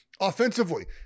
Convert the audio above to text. Offensively